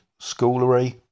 schoolery